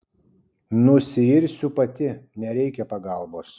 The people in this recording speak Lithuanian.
nusiirsiu pati nereikia pagalbos